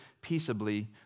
peaceably